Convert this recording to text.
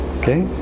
Okay